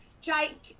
Jake